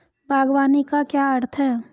बागवानी का क्या अर्थ है?